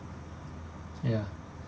ya